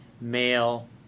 male